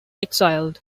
exiled